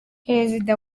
perezida